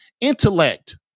intellect